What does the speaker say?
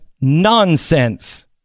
nonsense